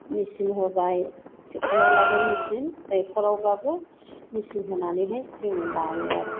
मेचिन होबाय थिबखलावब्लाबो मेचिन दैखरावब्लाबो मेचिन होनानैहाय जोङो लायो आरो